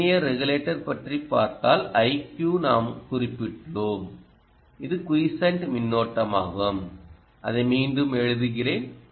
linear regulator பற்றி பார்த்தால் IQ நாம் குறிப்பிட்டுள்ளோம் இது quiecent மின்னோட்டமாகும் அதை மீண்டும் எழுதுகிறேன்